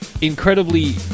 incredibly